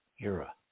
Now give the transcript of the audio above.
era